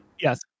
yes